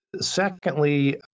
secondly